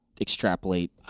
extrapolate